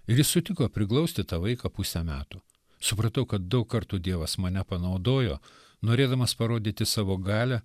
ir jis sutiko priglausti tą vaiką pusę metų supratau kad daug kartų dievas mane panaudojo norėdamas parodyti savo galią